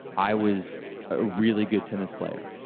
i was really good tennis player,